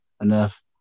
enough